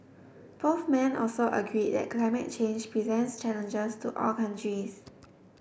both men also agreed that climate change presents challenges to all countries